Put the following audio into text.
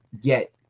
get